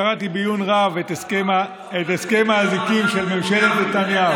קראתי בעיון רב את הסכם האזיקים של ממשלת נתניהו.